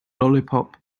lollipop